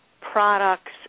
products